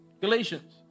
Galatians